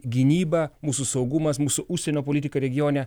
gynyba mūsų saugumas mūsų užsienio politika regione